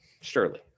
Surely